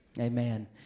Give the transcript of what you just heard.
Amen